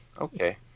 Okay